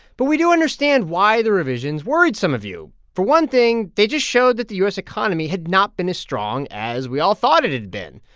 but we do understand why the revisions worried some of you. for one thing, they just showed that the u s. economy had not been as strong as we all thought it had been,